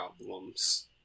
problems